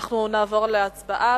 אנחנו נעבור להצבעה.